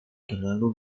terlalu